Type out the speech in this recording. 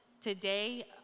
today